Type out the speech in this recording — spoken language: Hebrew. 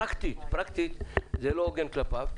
פרקטית זה לא הוגן כלפיו,